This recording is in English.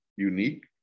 unique